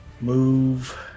move